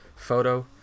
photo